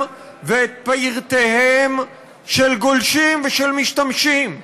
ואת פרטיהם של גולשים ושל משתמשים.